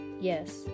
Yes